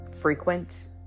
frequent